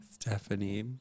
Stephanie